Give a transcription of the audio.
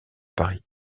paris